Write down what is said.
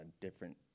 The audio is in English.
different